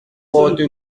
porte